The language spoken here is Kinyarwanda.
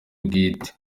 bwite